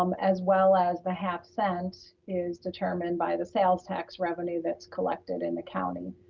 um as well as the half-cent is determined by the sales tax revenue that's collected in the county.